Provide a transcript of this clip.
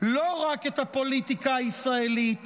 לא רק את הפוליטיקה הישראלית,